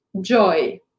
joy